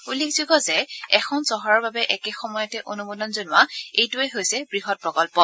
উল্লেখযোগ্য যে এখন চহৰৰ বাবে একে সময়তে অনুমোদন জনোৱা এইটোৱে হৈছে বৃহৎ প্ৰকল্প